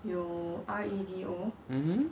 mmhmm